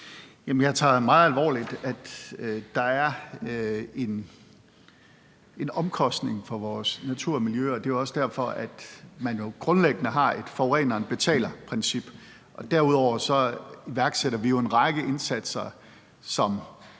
det meget alvorligt, at der er en omkostning for vores natur og miljø, og det er jo også derfor, at man grundlæggende har et forureneren betaler-princip. Derudover iværksætter vi en række indsatser som